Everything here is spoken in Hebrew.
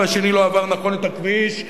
והשני לא עבר נכון את הכביש,